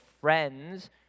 friends